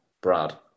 Brad